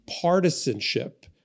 partisanship